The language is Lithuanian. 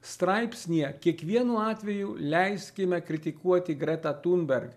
straipsnyje kiekvienu atveju leiskime kritikuoti gretą tunberg